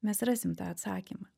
mes rasim tą atsakymą